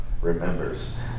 remembers